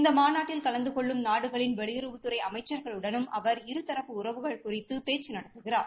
இந்த மாமாநாட்டில் கலந்து கொள்ளும் நாடுகளின் வெளியறவுத்துறை அமைச்சர்களுடனும் அவர் இருதரப்பு உறவுகள் குறித்து பேச்சு நடத்துகிறார்